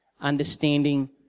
understanding